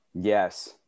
yes